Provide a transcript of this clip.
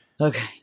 Okay